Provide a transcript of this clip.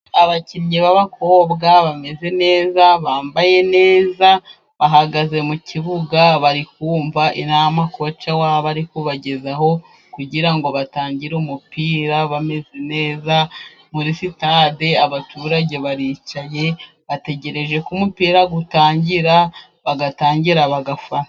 Abakinnyi b'abakobwa bameze neza bambaye neza, bahagaze mu kibuga barikumva inama koca wabo ari kubagezaho kugira ngo batangire umupira bameze neza, muri sitade abaturage baricaye bategereje ko umupira utangira bagatangira bagapfana.